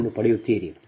12 ಅನ್ನು ಪಡೆಯುತ್ತೀರಿ